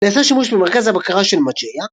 נעשה שימוש במרכז הבקרה של Mageia.